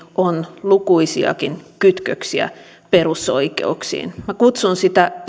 on lukuisiakin kytköksiä perusoikeuksiin kutsun sitä